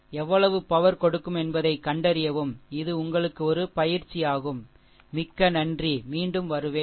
எவ்வளவு பவர்கொடுக்கும் என்பதை கண்டறியவும் இது உங்களுக்கு ஒரு பயிற்சியாகும் மிக்க நன்றி மீண்டும் வருவேன்